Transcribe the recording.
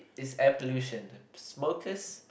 it's air pollution smokers